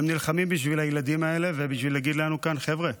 והם נלחמים בשביל הילדים האלה ובשביל להגיד לנו כאן: חבר'ה,